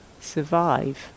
survive